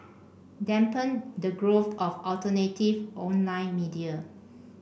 dampen the growth of alternative online media